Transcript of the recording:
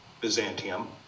Byzantium